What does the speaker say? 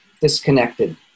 disconnected